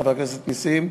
חבר הכנסת נסים,